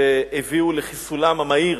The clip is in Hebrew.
שהביאו לחיסולם המהיר